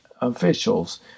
officials